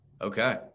Okay